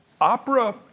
opera